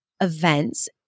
events